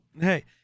hey